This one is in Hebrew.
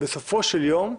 בסופו של יום,